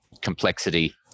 complexity